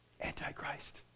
antichrist